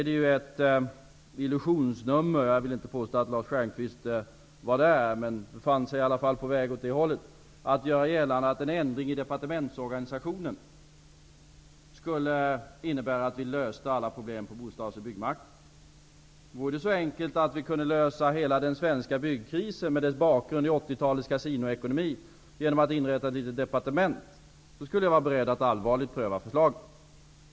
Det är ett illusionsnummer -- jag vill inte påstå att Lars Stjernkvist utförde det, men han var på väg -- att göra gällande att en ändring i departementsorganisationen skulle innebära att vi löste alla problem på bostads och byggmarknaden. Om det vore så enkelt att vi kunde lösa hela den svenska byggkrisen, med dess bakgrund i 1980 talets kasinoekonomi, genom att inrätta ett litet departement skulle jag vara beredd att allvarligt pröva förslaget.